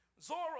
Zora